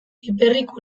piperrik